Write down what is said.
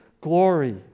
glory